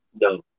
No